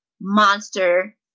monster